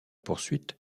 poursuite